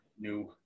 new